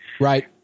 Right